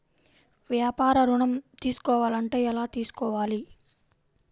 వ్యాపార ఋణం తీసుకోవాలంటే ఎలా తీసుకోవాలా?